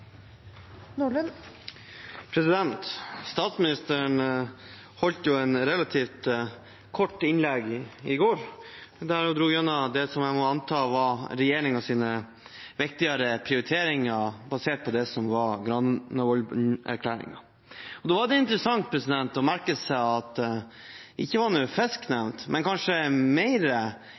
Statsministeren holdt et relativt kort innlegg i går, der hun dro gjennom det jeg må anta er regjeringens viktigste prioriteringer, basert på Granavolden-erklæringen. Det er interessant å merke seg at fisk ikke var nevnt, men kanskje mer spesielt var at det som regjeringen og Stortinget har definert som Norges viktigste utenrikspolitiske interesseområder, nemlig nordområdene, ikke ble nevnt